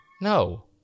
No